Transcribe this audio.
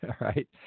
right